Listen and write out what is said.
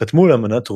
חתמו על אמנת רומא,